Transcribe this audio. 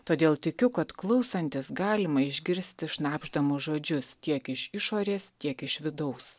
todėl tikiu kad klausantis galima išgirsti šnabždamus žodžius tiek iš išorės tiek iš vidaus